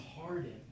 hardened